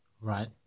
Right